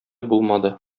булмады